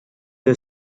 the